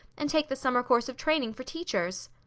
and take the summer course of training for teachers.